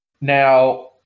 Now